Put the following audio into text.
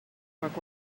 work